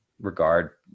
regard